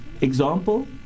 example